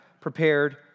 prepared